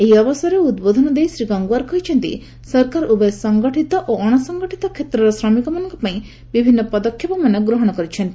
ଏହି ଅବସରରେ ଉଦ୍ବୋଧନ ଦେଇ ଶ୍ରୀ ଗଙ୍ଗୱାର କହିଛନ୍ତି ସରକାର ଉଭୟ ସଙ୍ଗଠିତ ଓ ଅଣସଙ୍ଗଠିତ କ୍ଷେତ୍ରର ଶ୍ରମିକମାନଙ୍କପାଇଁ ବିଭିନ୍ନ ପଦକ୍ଷେପମାନ ଗ୍ରହଣ କରିଛନ୍ତି